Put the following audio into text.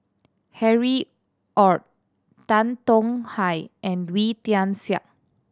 Harry Ord Tan Tong Hye and Wee Tian Siak